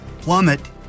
plummet